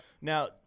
Now